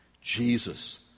Jesus